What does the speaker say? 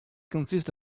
consists